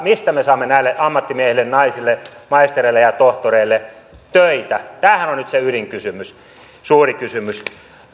mistä me saamme näille ammattimiehille ja naisille maistereille ja tohtoreille töitä tämähän on nyt se ydinkysymys suuri kysymys